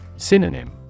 Synonym